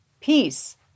peace